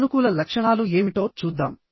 సానుకూల లక్షణాలు ఏమిటో చూద్దాం